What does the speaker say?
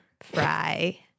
Fry